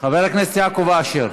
חבר הכנסת יעקב אשר,